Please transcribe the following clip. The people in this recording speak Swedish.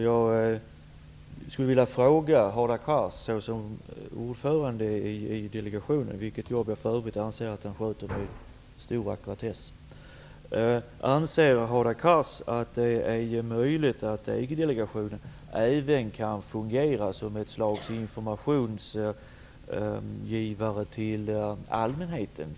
Jag skulle vilja fråga Hadar Cars, som är ordförande i delegationen -- det jobbet anser jag för övrigt att han sköter med stor ackuratess: Anser Hadar Cars att det är möjligt att EG-delegationen även kan fungera som ett slags informationsgivare till allmänheten?